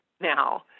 now